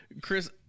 Chris